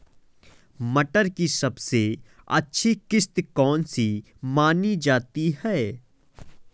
मटर की सबसे अच्छी किश्त कौन सी मानी जाती है?